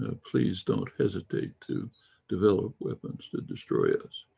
ah please don't hesitate to develop weapons to destroy us.